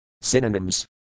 Synonyms